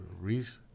Reese